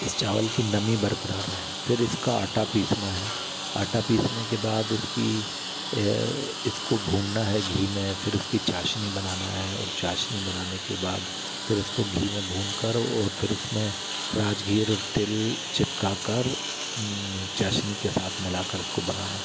इस चावल की नमी बरकरार रहे फिर इस का आटा पीसना है आटा पीसने के बाद इसकी इस को भूनना है घी में फिर उसकी चाशनी बनाना है और चाशनी बनाने के बाद फिर इसको घी में भूनकर फिर उसमें राजघीर और तिल चिपका कर चाशनी के साथ मिला कर इसको बनाना है